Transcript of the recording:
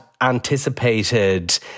anticipated